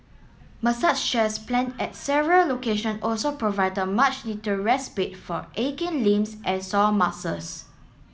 massage chairs plant at several location also provide much needed respite for aching limbs and sore muscles